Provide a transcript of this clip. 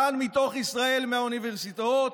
כאן, מתוך ישראל, מהאוניברסיטאות.